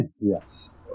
yes